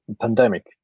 pandemic